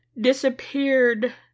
Disappeared